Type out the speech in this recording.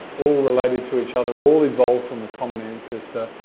all related to each other, all evolved from a common ancestor,